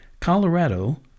Colorado